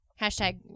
Hashtag